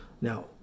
Now